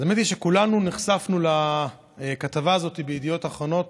האמת היא שכולנו נחשפנו לכתבה הזאת בידיעות אחרונות,